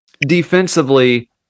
defensively